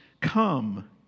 come